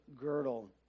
girdle